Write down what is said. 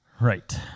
Right